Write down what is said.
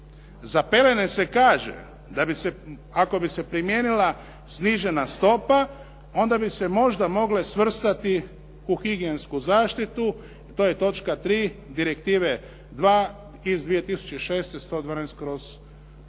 Za pelene se kaže da bi se ako bi se primijenila snižena stopa onda bi se možda mogle svrstati u higijensku zaštitu i to je točka 3. Direktive 2 iz 2006/112/EZ.